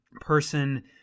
person